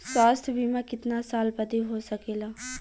स्वास्थ्य बीमा कितना साल बदे हो सकेला?